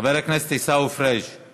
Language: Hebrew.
חבר הכנסת עיסאווי פריג';